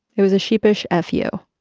it was a sheepish f u,